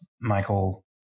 Michael